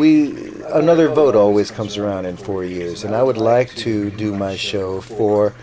we another vote always comes around in four years and i would like to do my show for